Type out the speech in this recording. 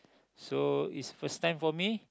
so is first time for me